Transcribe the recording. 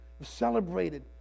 celebrated